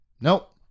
Nope